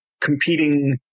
competing